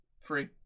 free